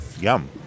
Yum